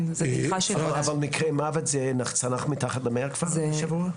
אבל מקרי מוות, זה צנח מתחת ל-100 השבוע?